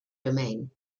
domain